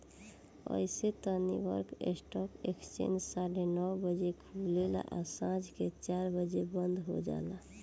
अइसे त New York stock exchange साढ़े नौ बजे खुलेला आ सांझ के चार बजे बंद हो जाला